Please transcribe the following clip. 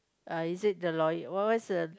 uh is it the lawyer what's the